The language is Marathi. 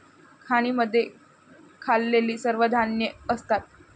खाणींमध्ये खाल्लेली सर्व धान्ये असतात